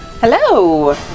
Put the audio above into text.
Hello